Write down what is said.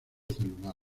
celular